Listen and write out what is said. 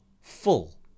full